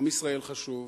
עם ישראל חשוב,